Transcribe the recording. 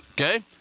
okay